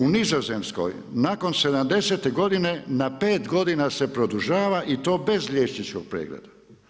U Nizozemskoj nakon 70-te godine na pet godina se produžava i to bez liječničkog pregleda.